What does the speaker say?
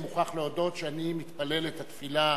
אני מוכרח להודות שאני מתפלל את התפילה